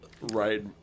right